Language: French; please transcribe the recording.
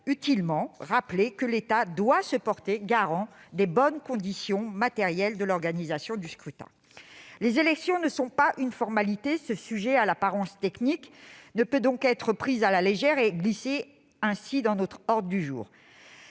utilement, que l'État devait se porter garant des bonnes conditions matérielles d'organisation du scrutin. Les élections ne sont pas une formalité. Ce sujet à l'apparence technique ne peut donc pas être pris à la légère et glisser ainsi dans notre ordre du jour.